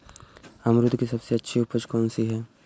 अमरूद की सबसे अच्छी उपज कौन सी है?